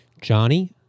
Johnny